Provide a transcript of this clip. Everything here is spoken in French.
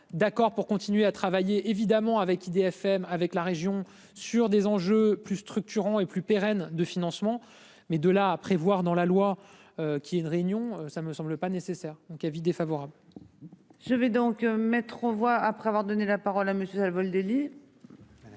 D'accord pour continuer à travailler évidemment avec IDFM avec la région sur des enjeux plus structurant et plus pérenne de financement mais de là à prévoir dans la loi. Qui est une réunion ça ne me semble pas nécessaire donc avis défavorable.-- Je vais donc mettre aux voix après avoir donné la parole à monsieur vol délit.